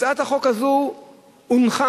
הצעת החוק הזאת הונחה,